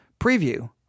preview